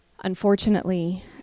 unfortunately